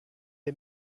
est